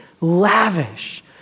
lavish